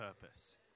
purpose